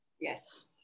Yes